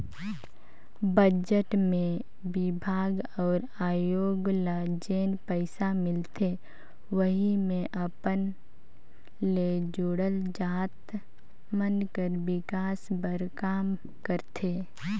budget मे बिभाग अउ आयोग ल जेन पइसा मिलथे वहीं मे अपन ले जुड़ल जाएत मन कर बिकास बर काम करथे